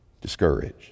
discouraged